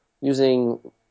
using